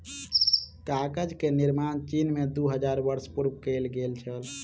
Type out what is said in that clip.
कागज के निर्माण चीन में दू हजार वर्ष पूर्व कएल गेल छल